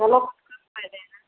hello